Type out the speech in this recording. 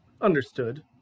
understood